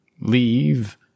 Leave